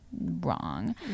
wrong